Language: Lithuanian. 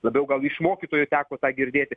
labiau gal iš mokytojų teko tą girdėti